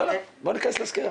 בואי ניכנס לסקירה.